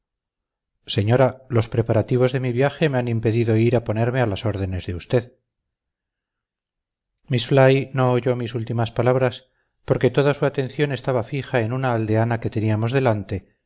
señora los preparativos de mi viaje me han impedido ir a ponerme a las órdenes de usted miss fly no oyó mis últimas palabras porque toda su atención estaba fija en una aldeana que teníamos delante